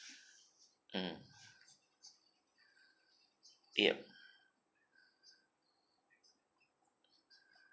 mm yup